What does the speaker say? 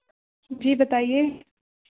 जी बताइए